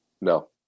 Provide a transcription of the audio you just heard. no